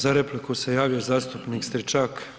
Za repliku se javio zastupnik Stričak.